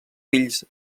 fills